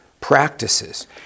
practices